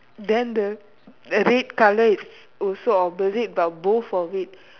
then the the red colour is also opposite but both of it